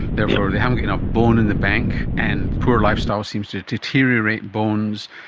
therefore they haven't got enough bone in the bank and poor lifestyle seems to deteriorate bones.